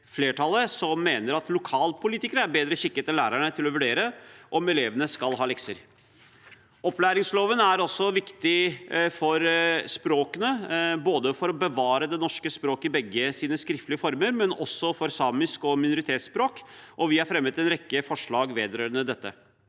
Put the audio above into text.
flertallet som mener at lokalpolitikerne er bedre skikket enn lærerne til å vurdere om elevene skal ha lekser. Opplæringsloven er også viktig for språkene, både for å bevare det norske språket i begge sine skriftlige former og for samisk og minoritetsspråk, og vi har fremmet en rekke forslag vedrørende dette.